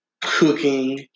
cooking